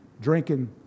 drinking